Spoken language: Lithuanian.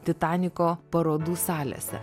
titaniko parodų salėse